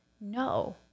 No